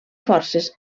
forces